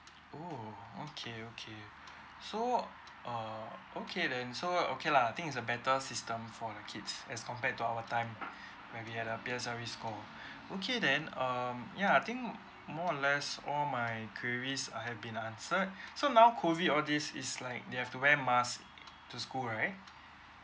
oh okay okay so err okay then so okay lah I think is a better system for the kids as compared to our time where we had the P_S_L_E score okay then um ya I think more or less all my queries I have been answered so now COVID all these is like they have to wear mask to school right